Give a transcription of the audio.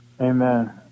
Amen